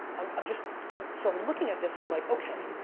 um i'm just, and so i'm looking at this and i'm like okay.